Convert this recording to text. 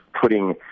putting